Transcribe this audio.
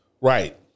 Right